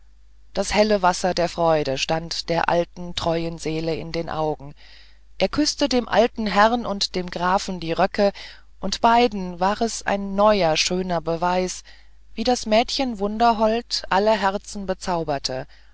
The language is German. das helle wasser der freude stand der alten treuen seele in den augen er küßte dem alten herrn und dem grafen die röcke und beiden war es ein neuer schöner beweis wie das mädchen wunderhold alle herzen bezauberte